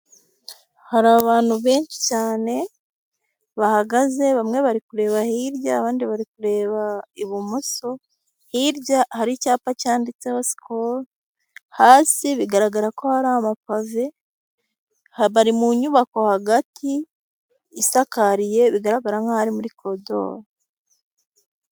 Hari abantu benshi cyane bahagaze bamwe bari kureba hirya abandi bari kureba ibumoso, hirya hariri icyapa cyanditseho Sikoro hasi bigaragara ko hari amapave bari mu nyubako hagati isakariye bigaragara nkaho ari muri koridori.